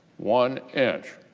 one inch,